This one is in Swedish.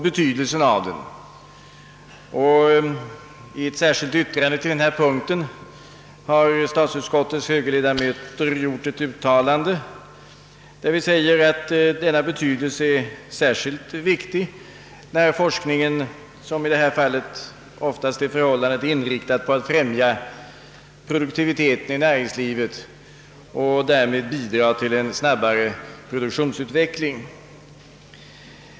I ett särskilt yttrande vid punkten 54 har statsutskottets högerledamöter gjort ett uttalande, där vi säger att denna forskning är av hög angelägenhetsgrad eftersom den ofta är inriktad på att främja produktiviteten i näringslivet och därmed bidrar till en snabbare produktionsstegring.